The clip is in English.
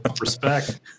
respect